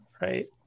right